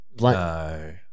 No